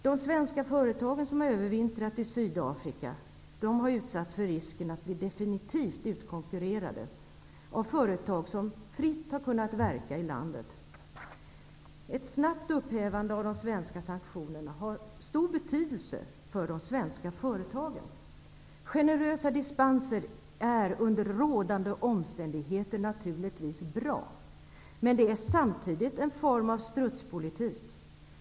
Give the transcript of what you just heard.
De svenska företag som har övervintrat i Sydafrika har utsatts för risken att bli definitivt utkonkurrerade av företag som fritt har kunnat verka i landet. Ett snabbt upphävande av de svenska sanktionerna har stor betydelse för de svenska företagen. Generösa dispenser är under rådande omständigheter givetvis bra. Men det är samtidigt en form av strutspolitik.